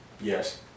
Yes